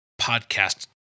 podcast